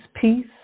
peace